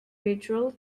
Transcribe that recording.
ritual